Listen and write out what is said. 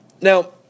Now